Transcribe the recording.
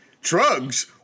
Drugs